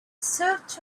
search